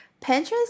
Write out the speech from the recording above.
pinterest